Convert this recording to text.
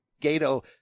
Gato